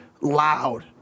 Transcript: loud